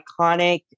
iconic